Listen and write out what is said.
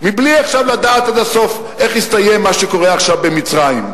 בלי לדעת עכשיו עד הסוף איך יסתיים מה שקורה עכשיו במצרים.